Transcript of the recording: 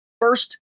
First